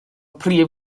prif